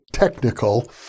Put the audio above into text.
technical